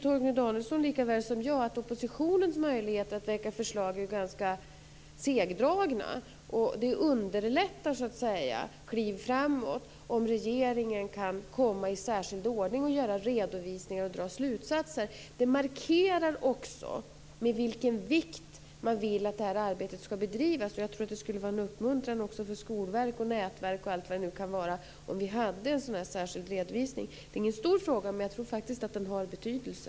Torgny Danielsson vet ju lika väl som jag att oppositionens möjligheter att väcka förslag är ganska segdragna. Det underlättar för kliv framåt om regeringen kan komma i särskild ordning och göra redovisningar och dra slutsatser. Det markerar också med vilken vikt man vill att arbetet skall bedrivas. Jag tror att det skulle vara en uppmuntran också för Skolverket och för nätverk och allt vad det kan vara om vi hade en särskild redovisning. Det är ingen stor fråga, men jag tror faktiskt att den har betydelse.